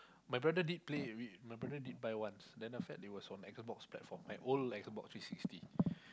my brother did play my brother did buy once then that it was from X-Box platform the old X-Box three sixty